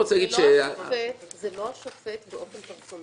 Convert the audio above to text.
לא רוצה להגיד --- זה לא השופט באופן פרסונלי.